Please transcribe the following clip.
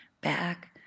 back